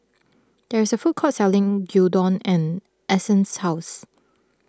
there is a food court selling Gyudon and Essence's house